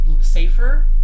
safer